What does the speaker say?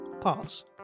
Pause